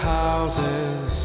houses